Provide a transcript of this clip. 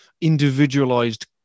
individualized